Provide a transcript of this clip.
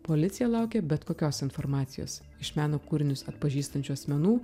policija laukia bet kokios informacijos iš meno kūrinius atpažįstančių asmenų